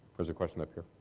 there's a question up here.